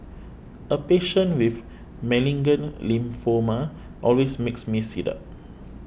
a patient with malignant lymphoma always makes me sit up